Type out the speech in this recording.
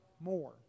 more